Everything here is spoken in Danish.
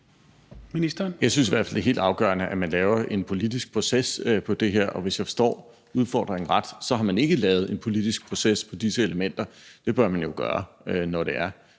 Jeg synes i hvert fald, at det er helt afgørende, at man har en politisk proces om det her, og hvis jeg forstår udfordringen ret, så har man ikke haft en politisk proces om disse elementer, og det bør man jo have. Men det er